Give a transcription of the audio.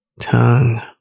Tongue